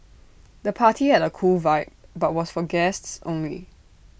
the party had A cool vibe but was for guests only